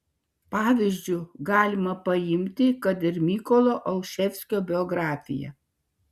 pavyzdžiu galima paimti kad ir mykolo olševskio biografiją